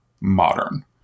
modern